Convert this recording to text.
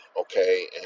okay